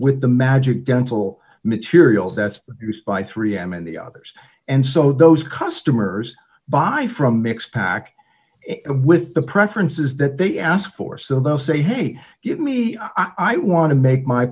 with the magic dental materials that's used by three m and the others and so those customers buy from mix pack with the preferences that they ask for so they'll say hey give me i want to make my